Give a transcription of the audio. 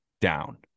down